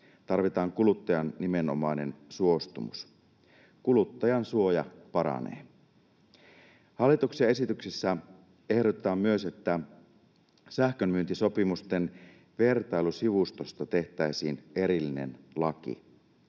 Tarvitaan kuluttajan nimenomainen suostumus. Kuluttajansuoja paranee. Hallituksen esityksessä ehdotetaan myös, että sähkönmyyntisopimusten vertailusivustosta tehtäisiin erillinen laki.